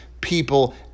people